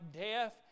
death